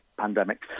pandemic